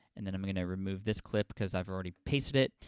and then, i'm gonna remove this clip because i've already pasted it.